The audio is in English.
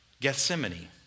Gethsemane